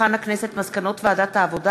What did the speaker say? מסקנות ועדת העבודה,